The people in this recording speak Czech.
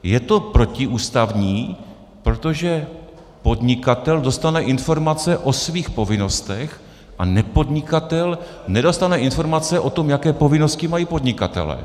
Je to protiústavní, protože podnikatel dostane informace o svých povinnostech a nepodnikatel nedostane informace o tom, jaké povinnosti mají podnikatelé.